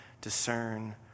discern